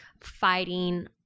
Fighting